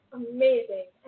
amazing